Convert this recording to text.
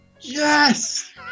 Yes